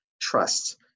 trust